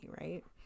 right